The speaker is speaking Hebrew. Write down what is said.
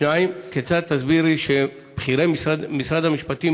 2. כיצד תסבירי שבכירי משרד המשפטים